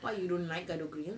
why you don't like gado grill